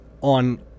on